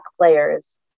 players